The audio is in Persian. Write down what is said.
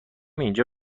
اینجا